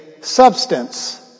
substance